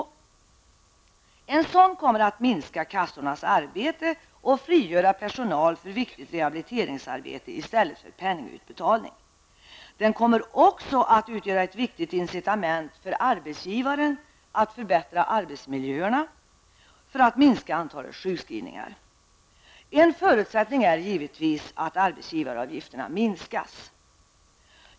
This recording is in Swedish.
En sådan arbetsgivarperiod kommer att minska kassornas arbete och frigöra personal för viktigt rehabiliteringsarbete i stället för penningutbetalning. Den kommer också att utgöra ett viktigt incitament för arbetsgivaren att förbättra arbetsmiljöerna i syfte att minska antalet sjukskrivningar. En förutsättning är naturligtvis att arbetsgivaravgifterna sänks.